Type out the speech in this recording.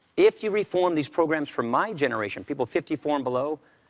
if you reform these programs for my generation, people fifty four and below,